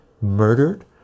murdered